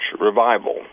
revival